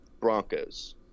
Broncos